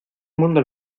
mundo